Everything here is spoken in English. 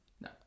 No